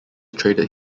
traded